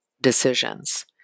decisions